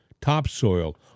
topsoil